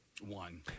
One